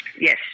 Yes